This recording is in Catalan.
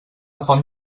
font